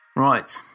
Right